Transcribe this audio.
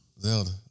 Zelda